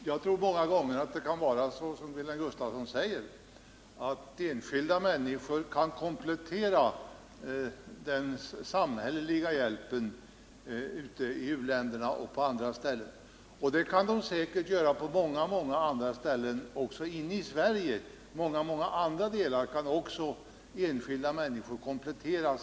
Herr talman! Jag tror att det många gånger kan vara så som Wilhelm Gustafsson säger, att enskilda människor kan komplettera de samhälleliga hjälpinsatserna, i u-länderna och på andra håll, inkl. i Sverige. Det gör de också, och det tycker jag att vi skall uppskatta.